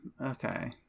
Okay